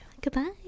goodbye